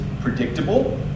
predictable